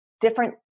different